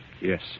Yes